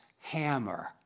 hammer